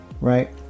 right